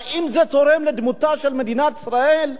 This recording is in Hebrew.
האם זה תורם לדמותה של מדינת ישראל?